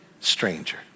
stranger